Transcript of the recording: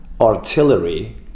artillery